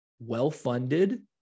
well-funded